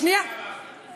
לא על זה,